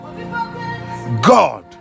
god